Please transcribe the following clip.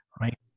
right